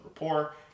rapport